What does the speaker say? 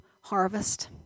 harvest